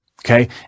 Okay